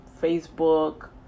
Facebook